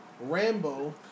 Rambo